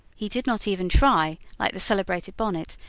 he did not even try, like the celebrated bonnet,